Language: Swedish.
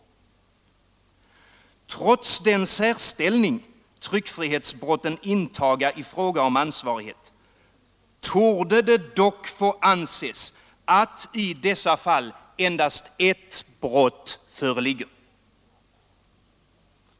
Trots den särställning tryckfrihetsbrotten intaga i fråga om ansvarighet torde det dock få anses att i dessa fall endast ett brott föreligger.